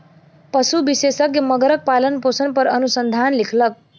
पशु विशेषज्ञ मगरक पालनपोषण पर अनुसंधान लिखलक